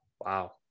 Wow